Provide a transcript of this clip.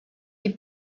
die